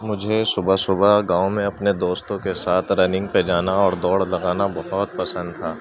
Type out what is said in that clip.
مجھے صبح صبح گاؤں میں اپنے دوستوں کے ساتھ رننگ پہ جانا اور دوڑ لگانا بہت پسند تھا